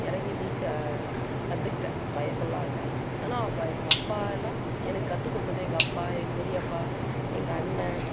இறங்கி நீச்சல் கற்றுக்கிட்டேன் பயப்படலாம் இல்லை ஆனால் எங்கள் அப்பா எல்லாம் எனக்கு கற்று கொடுத்தது என் பெரியப்பா எங்கள் அண்ணன்